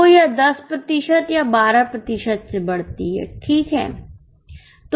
तो यह 10 प्रतिशत या 12 प्रतिशत से बढ़ती है ठीक है